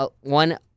one